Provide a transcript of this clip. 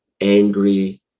angry